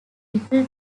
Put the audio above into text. little